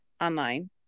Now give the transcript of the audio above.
Online